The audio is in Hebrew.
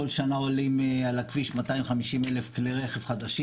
כל שנה עולים על הכביש 250,000 כלי רכב חדשים.